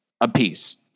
apiece